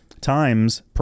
times